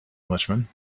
englishman